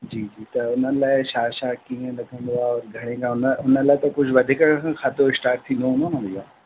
जी जी त हुन लाइ छा छा कीअं लॻंदो आहे और घणे जा हुन हुन लाइ त कुझु वधीक खां खातो इस्टाट थींदो हूंदो न हुन लाइ